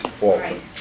Walton